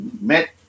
met